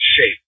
shape